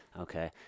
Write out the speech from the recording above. Okay